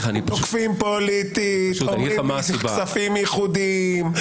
תוקפים פוליטית, אומרים כספים ייחודיים.